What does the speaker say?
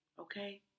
okay